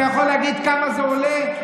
אתה יכול להגיד כמה זה עולה?